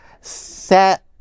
set